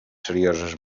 serioses